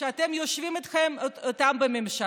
שאתם יושבים איתם בממשלה,